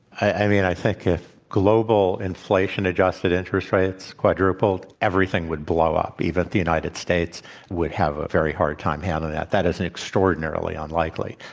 i mean, i think if global inflation adjusted interested rates quadrupled, everything would blow up. even the united states would have a very hard time handling that. that is extraordinarily unlikely.